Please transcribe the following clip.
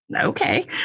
okay